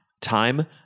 time